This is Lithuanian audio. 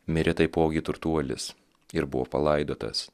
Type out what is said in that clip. mirė taipogi turtuolis ir buvo palaidotas